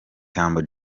humble